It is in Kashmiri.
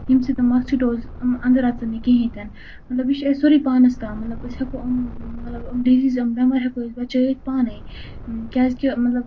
ییٚمہِ سۭتۍ نہٕ مَسکِٹوز انٛدر اژن نہٕ کِہیٖنۍ تہِ نہٕ مطلب یہِ چھِ اَسہِ سورُے پانَس تام مطلب أسۍ ہٮ۪کو یِم مطلب یِم ڈِزیٖز یِم بٮ۪مارِ ہٮ۪کو أسۍ بچٲِتھ پانے کیٛازِ کہِ مطلب